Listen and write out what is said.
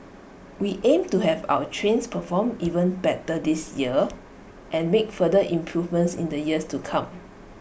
we aim to have our trains perform even better this year and make further improvements in the years to come